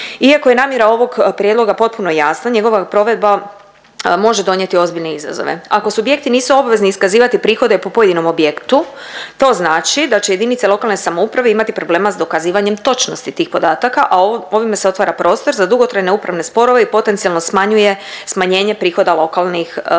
Iako je namjera ovog prijedloga potpuno jasna njegova provedba može donijeti ozbiljne izazove. Ako subjekti nisu obvezni iskazivati prihode po pojedinom objektu to znači da će JLS imati problema s dokazivanjem točnosti tih podataka, a ovime se otvara prostor za dugotrajne upravne sporove i potencijalno smanjuje smanjenje prihoda lokalnih, JLS.